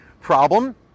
problem